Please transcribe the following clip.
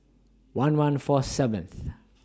one one four seventh